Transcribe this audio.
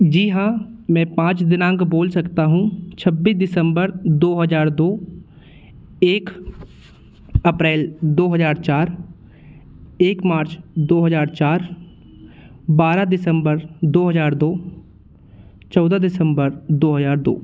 जी हाँ मैं पाँच दिनांक बोल सकता हूँ छब्बीस दिसम्बर दो हज़ार दो एक अप्रैल दो हज़ार चार एक मार्च दो हज़ार चार बारह दिसम्बर दो हज़ार दो चौदह दिसम्बर दो हज़ार दो